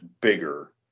bigger